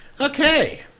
Okay